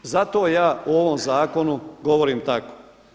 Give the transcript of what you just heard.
Zato ja o ovom zakonu govorim tako.